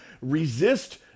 Resist